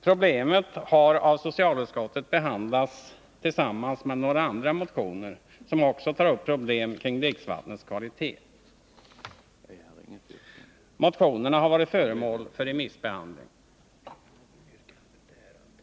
Problemet har av socialutskottet behandlats tillsammans med några andra motioner, som också tar upp problem kring dricksvattnets kvalitet. Motionerna har varit föremål för remissbehandling.